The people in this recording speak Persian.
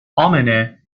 امنه